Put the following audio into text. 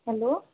hello